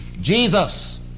Jesus